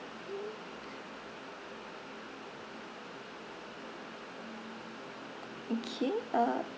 okay uh